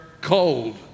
cold